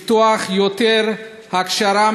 לפתוח יותר הכשרה